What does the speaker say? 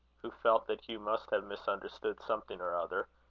who felt that hugh must have misunderstood something or other,